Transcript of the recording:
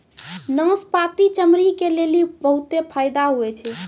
नाशपती चमड़ी के लेली बहुते फैदा हुवै छै